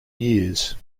years